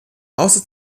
außer